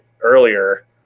earlier